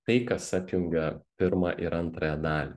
tai kas apjungia pirmą ir antrąją dalį